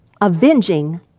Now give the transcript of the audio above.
avenging